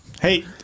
Hey